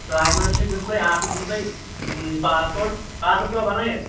documents چھِو دیُن تۅہہِ اَکھ چھِو دیُن تۅہہِ پاسپورٹ پاسپورٹ چھُوا بَنٲوِتھ